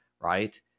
right